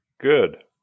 Good